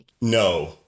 No